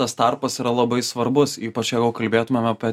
tas tarpas yra labai svarbus ypač jeigu kalbėtumėm apie